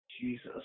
Jesus